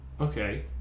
Okay